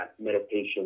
meditation